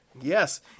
Yes